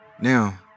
Now